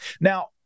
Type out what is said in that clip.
Now